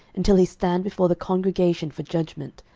until he stand before the congregation for judgment,